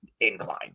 incline